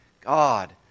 God